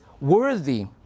worthy